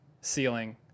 ceiling